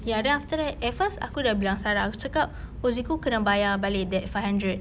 ya then after that at first aku sudah bilang sarah aku cakap oh zeko kena bayar balik that five hundred